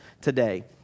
today